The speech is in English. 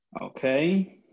Okay